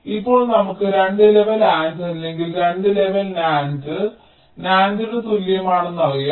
ഇപ്പോൾ നമുക്ക് 2 level A N D അല്ലെങ്കിൽ 2 ലെവൽ NAND NAND ന് തുല്യമാണെന്ന് അറിയാം